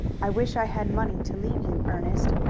i wish i had money to leave you, ernest,